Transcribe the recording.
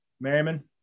Merriman